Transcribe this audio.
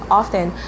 often